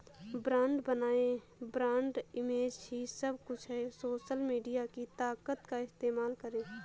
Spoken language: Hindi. ब्रांड बनाएं, ब्रांड इमेज ही सब कुछ है, सोशल मीडिया की ताकत का इस्तेमाल करें